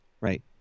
Right